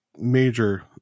major